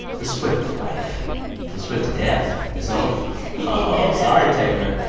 the swift life the swift death is over sorry, taylor.